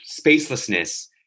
spacelessness